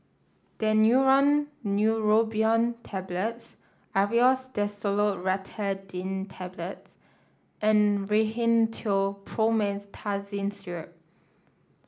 Daneuron Neurobion Tablets Aerius DesloratadineTablets and Rhinathiol Promethazine Syrup